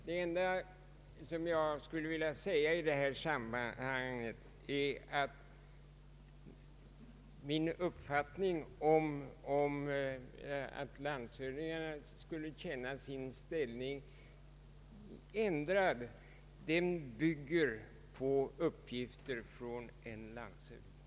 Det enda som jag skulle vilja säga i detta sammanhang är att min uppfattning om att landshövdingarna skulle känna sin ställning ändrad bygger på uppgifter från en landshövding.